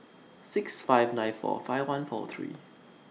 six five nine four five one four three